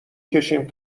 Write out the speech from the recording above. کشیم